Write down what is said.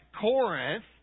Corinth